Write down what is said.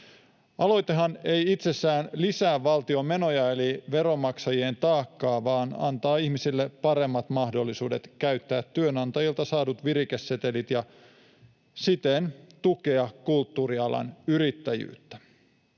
Aloitehan ei itsessään lisää valtion menoja eli veronmaksajien taakkaa vaan antaa ihmisille paremmat mahdollisuudet käyttää työnantajilta saadut virikesetelit ja siten tukea kulttuurialan yrittäjyyttä.